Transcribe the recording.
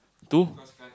two